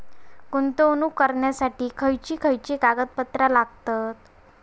गुंतवणूक करण्यासाठी खयची खयची कागदपत्रा लागतात?